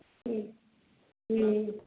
हँ हँ